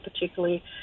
particularly